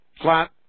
flat